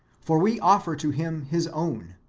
for we offer to him his own,